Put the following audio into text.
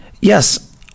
Yes